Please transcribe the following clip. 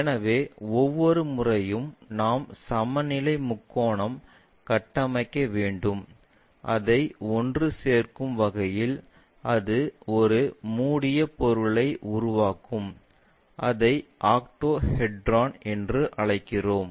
எனவே ஒவ்வொரு முறையும் நாம் சமநிலை முக்கோணம் கட்டமைக்க வேண்டும் அதை ஒன்றுசேர்க்கும் வகையில் அது ஒரு மூடிய பொருளை உருவாக்கும் அதை ஆக்டோஹெட்ரான் என்று அழைக்கிறோம்